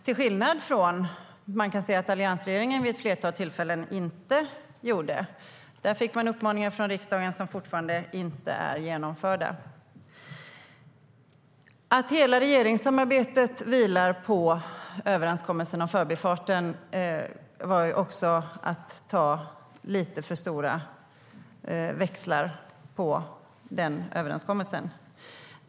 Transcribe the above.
Det är något som alliansregeringen vid ett flertal tillfällen inte gjorde. Den finns uppmaningar från riksdagen som fortfarande inte är genomförda. Att hela regeringssamarbetet vilar på överenskommelsen om Förbifarten är att dra lite för stora växlar på överenskommelsen.